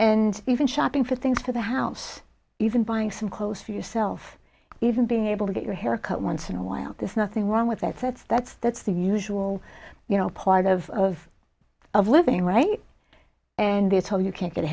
and even shopping for things for the house even buying some clothes for yourself even being able to get your hair cut once in a while there's nothing wrong with that that's that's that's the usual you know part of of living right and they tell you can't get a